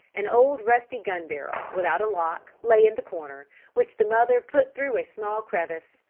an old rusty gun-barrel, without a lock, lay in the corner, which the mother put through a small crevice,